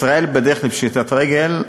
"ישראל בדרך לפשיטת רגל,